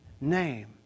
name